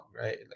right